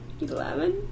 Eleven